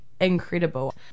incredible